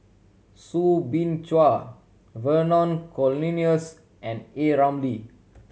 Soo Bin Chua Vernon Cornelius and A Ramli